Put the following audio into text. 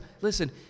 listen